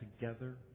together